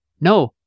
No